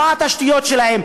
מה התשתיות שלהם?